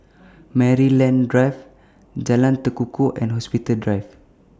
Maryland Drive Jalan Tekukor and Hospital Drive